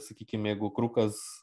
sakykim jeigu krukas